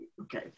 Okay